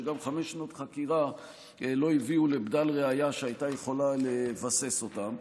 שגם חמש שנות חקירה לא הביאו לבדל ראיה שהייתה יכולה לבסס אותם.